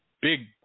big